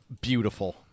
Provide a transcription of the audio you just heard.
beautiful